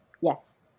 Yes